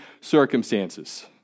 circumstances